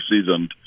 seasoned